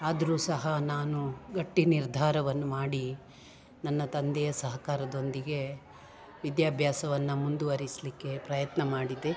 ಆದರು ಸಹ ನಾನು ಗಟ್ಟಿ ನಿರ್ಧಾರವನ್ನು ಮಾಡಿ ನನ್ನ ತಂದೆಯ ಸಹಕಾರದೊಂದಿಗೆ ವಿದ್ಯಾಭ್ಯಾಸವನ್ನು ಮುಂದುವರಿಸಲ್ಲಿಕ್ಕೆ ಪ್ರಯತ್ನ ಮಾಡಿದೆ